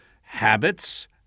habits